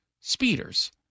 speeders